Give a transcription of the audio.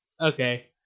Okay